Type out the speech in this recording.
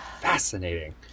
fascinating